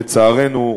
לצערנו,